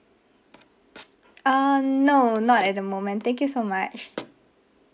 uh no not at the moment thank you so much